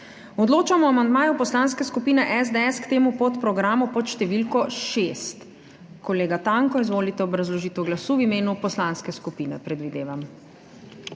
Odločamo o amandmaju Poslanske skupine SDS k podprogramu Upravljanje z vodami. Kolega Tanko, izvolite obrazložitev glasu. V imenu poslanske skupine, predvidevam.